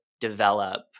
develop